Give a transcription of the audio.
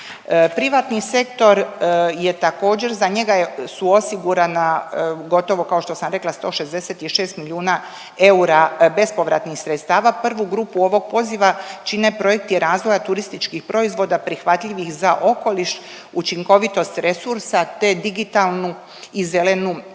Privatni sektor je također, za njega su osigurana, gotovo, kao što sam rekla 166 milijuna eura bespovratnih sredstava, prvu grupu ovog poziva čine projekti razvoja turističkih proizvoda prihvatljivih za okoliš, učinkovitost resursa te digitalnu i zelenu